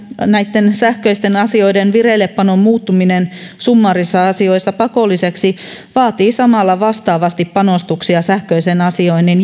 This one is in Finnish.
näitten sähköisten asioiden vireillepanon muuttuminen summaarisissa asioissa pakolliseksi vaatii samalla vastaavasti panostuksia sähköisen asioinnin